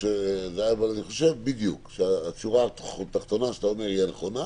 אבל אני חושב שהשורה התחתונה שאתה אומר היא הנכונה: